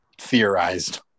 theorized